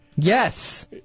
Yes